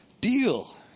deal